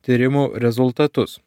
tyrimų rezultatus